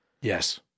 Yes